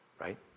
right